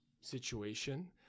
situation